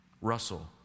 Russell